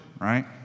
right